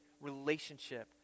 relationship